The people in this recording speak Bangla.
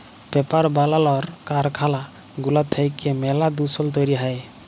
পেপার বালালর কারখালা গুলা থ্যাইকে ম্যালা দুষল তৈরি হ্যয়